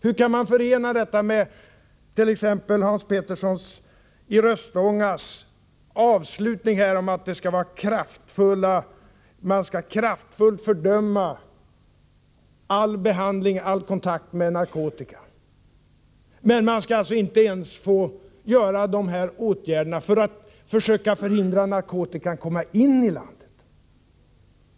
Hur kan man förena det med de avslutningsfraser som Hans Petersson i Röstånga kom med om att man kraftfullt skall fördöma all befattning eller kontakt med narkotika? Man skall ju inte ens få vidta dessa åtgärder för att försöka förhindra att narkotika kommer in i landet!